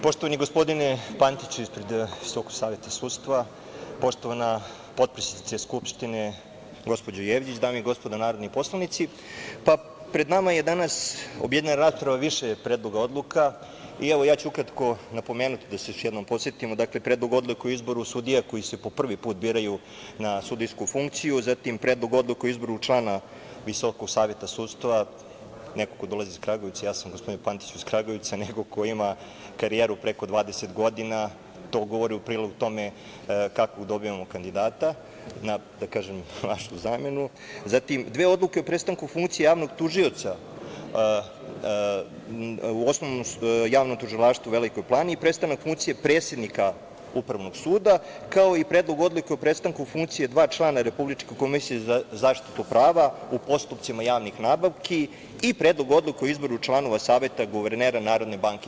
Poštovani gospodine Pantiću, ispred Visokog saveta sudstva, poštovana potpredsednice Skupštine, gospođo Jevđić, dame i gospodo narodni poslanici, pred nama je danas objedinjena rasprava više predloga odluka i ja ću ukratko napomenuti da se još jednom podsetimo, dakle - Predlog odluke o izboru sudija koji se po prvi put biraju na sudijsku funkciju, zatim Predlog odluke o izboru člana Visokog saveta sudstva, neko ko dolazi iz Kragujevca, ja sam gospodine Pantiću iz Kragujevca neko ko ima karijeru preko 20 godina, to govori u prilog tome kako dobijamo kandidata, da kažem, našu zamenu, zatim, dve odluke o prestanku funkcije javnog tužioca u Javnom tužilaštvu u Velikoj Plani i prestanak funkcije predsednika Upravnog suda, kao i Predlog odluke o prestanku funkcije dva člana Republičke komisije za zaštitu prava u postupcima javnih nabavki i Predlogu odluke o izboru člana Saveta guvernera NBS.